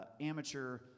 amateur